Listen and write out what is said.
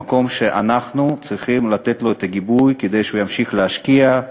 במקום שאנחנו צריכים לתת לו את הגיבוי כדי שהוא ימשיך להשקיע,